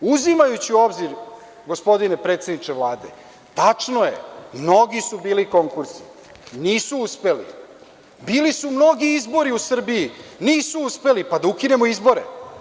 Uzimajući u obzir, gospodine predsedniče Vlade, tačno je, mnogi su bili konkursi, nisu uspeli, bili su mnogi izbori u Srbiji, nisu uspeli, pa da ukinemo izbore?